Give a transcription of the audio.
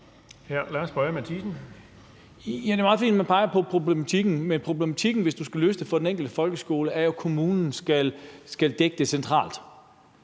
Lars Boje Mathiesen (UFG): Det er meget fint, at man peger på problematikken, men hvis du skal løse problematikken for den enkelte folkeskole, skal kommunen jo dække det centralt.